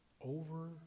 over